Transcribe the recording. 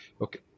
okay